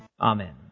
Amen